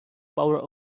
power